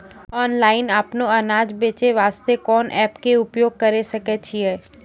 Online अपनो अनाज बेचे वास्ते कोंन एप्प के उपयोग करें सकय छियै?